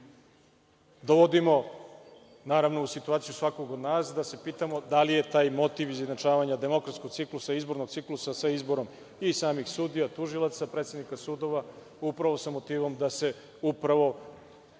dovodimo, naravno, u situaciju svakog od nas da se pitamo da li je taj motiv izjednačavanja demokratskog ciklusa, izbornog ciklusa sa izborom i samih sudija, tužilaca, predsednika sudova, upravo sa motivom da se biraju